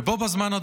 בו בזמן,